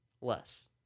Less